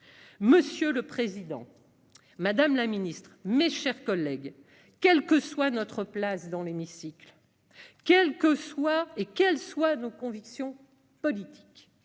Monsieur le président, madame la ministre, mes chers collègues, quelle que soit notre place dans l'hémicycle, quelles que soient nos convictions politiques,